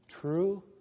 true